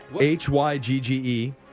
H-Y-G-G-E